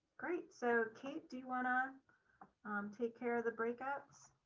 great. so kate, do you wanna take care of the breakouts?